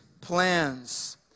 plans